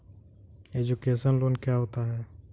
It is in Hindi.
एजुकेशन लोन क्या होता है?